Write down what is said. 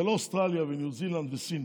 זה לא אוסטרליה, ניו זילנד וסין.